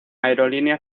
aerolínea